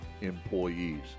employees